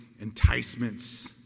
enticements